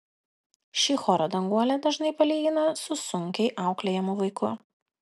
šį chorą danguolė dažnai palygina su sunkiai auklėjamu vaiku